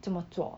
这么做